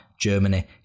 Germany